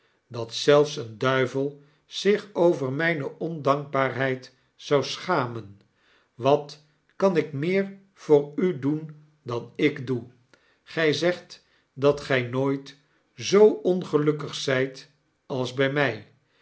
dat zelfs een duivel zich over myne ondankbaarheid zou schamen wat kan ik meer voor u doen dan ik doe gy zegt dat gij nooit zoo ongelukkig zijt als bij mij